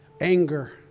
anger